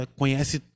conhece